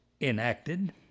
enacted